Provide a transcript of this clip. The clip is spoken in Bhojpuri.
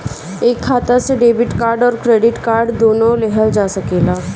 एक खाता से डेबिट कार्ड और क्रेडिट कार्ड दुनु लेहल जा सकेला?